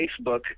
Facebook